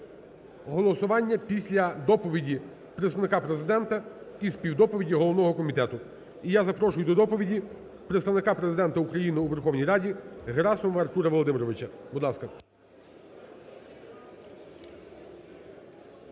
голосування після доповіді представника Президента і співдоповіді головного комітету. І я запрошую до доповіді Представника Президента України у Верховній Раді Герасимова Артура Володимировича. Будь ласка.